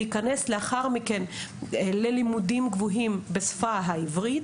להיכנס לאחר מכן ללימודים גבוהים בשפה העברית